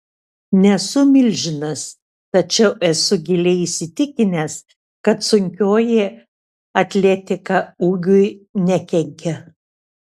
nesu milžinas tačiau esu giliai įsitikinęs kad sunkioji atletika ūgiui nekenkia